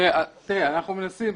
תראה, אנחנו מנסים,